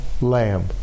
lamb